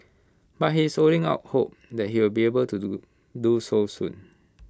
but he is holding out hope that he will be able to do do so soon